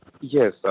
Yes